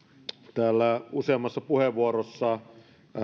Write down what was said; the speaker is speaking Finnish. täällä useammassa puheenvuorossa